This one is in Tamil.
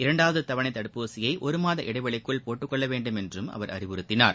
இரண்டாவது தவணை தடுப்பூசியை ஒருமாத இடைவெளிக்குள் போட்டுக் கொள்ள வேண்டுமென்றும் அவர் அறிவுறுத்தினார்